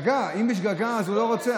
בשגגה, אם זה בשגגה, אז הוא לא רוצח.